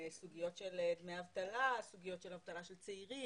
סוגיות של דמי אבטלה; סוגיות של אבטלה של צעירים,